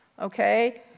okay